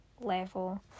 level